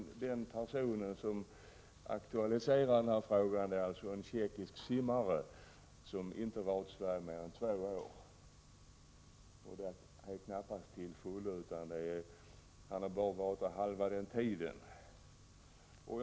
Den person som aktualiserar den här frågan är en tjeckisk simmare, som inte varit i Sverige mer än två år. Det är knappast ”till fullo”, eftersom han bara har varit här halva den tid som krävs i normalfallet.